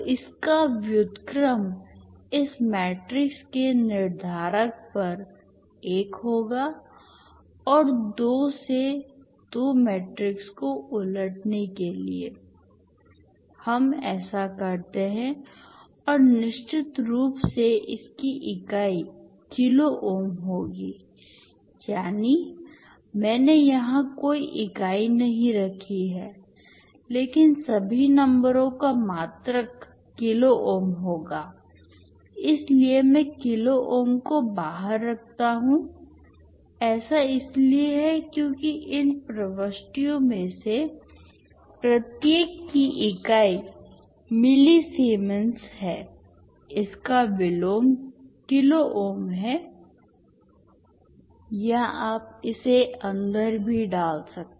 तो इसका व्युत्क्रम इस मैट्रिक्स के निर्धारक पर 1 होगा और 2 से 2 मैट्रिक्स को उलटने के लिए हम ऐसा करते हैं और निश्चित रूप से इसकी इकाई किलो ओम होगी यानी मैंने यहां कोई इकाई नहीं रखी है लेकिन सभी नंबरों का मात्रक किलो ओम होगा इसीलिए मैं किलो ओम को बाहर रखता हूं ऐसा इसलिए है क्योंकि इन प्रविष्टियों में से प्रत्येक की इकाई मिलीसीमेंस है इसका विलोम किलो ओम है या आप इसे अंदर भी डाल सकते हैं